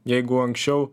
jeigu anksčiau